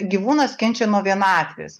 gyvūnas kenčia nuo vienatvės